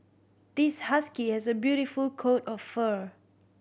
this husky has a beautiful coat of fur